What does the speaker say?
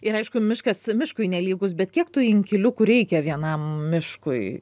ir aišku miškas miškui nelygus bet kiek tų inkiliukų reikia vienam miškui